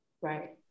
right